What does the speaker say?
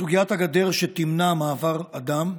סוגיית הגדר, שתמנע מעבר אדם,